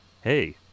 Hey